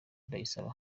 ndayisaba